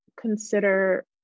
consider